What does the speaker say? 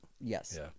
Yes